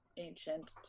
Ancient